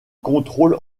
contrôle